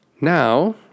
Now